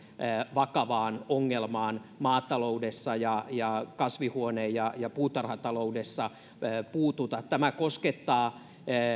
vakavaan ongelmaan maataloudessa ja ja kasvihuone ja ja puutarhataloudessa puututa tämä koskettaa